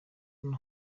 hano